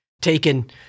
taken